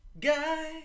guy